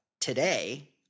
today